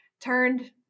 turned